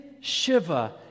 Shiva